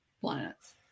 planets